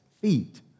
feet